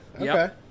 Okay